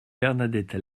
bernadette